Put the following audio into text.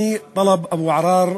אני, טלב אבו עראר,